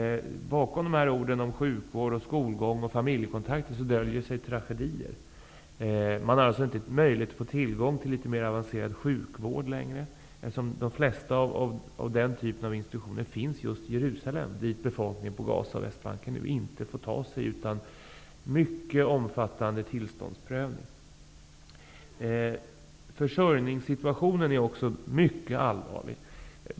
Bakom orden om sjukvård, skolgång och familjekontakter döljer sig tragedier. Man har alltså inte längre möjlighet att få tillgång till litet mer avancerad sjukvård, eftersom de flesta av den typen av institutioner finns i just Jerusalem, dit befolkningen på Gaza och Västbanken inte kan ta sig utan mycket omfattande tillståndsprövning. Försörjningssituationen är också mycket allvarlig.